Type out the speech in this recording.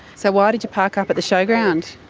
so why did you park up at the showground?